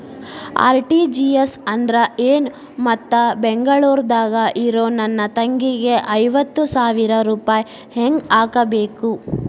RTGS ಅಂದ್ರ ಏನು ಮತ್ತ ಬೆಂಗಳೂರದಾಗ್ ಇರೋ ನನ್ನ ತಂಗಿಗೆ ಐವತ್ತು ಸಾವಿರ ರೂಪಾಯಿ ಹೆಂಗ್ ಹಾಕಬೇಕು?